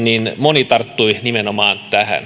moni tarttui nimenomaan